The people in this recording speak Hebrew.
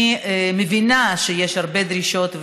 אני מבינה שיש הרבה דרישות,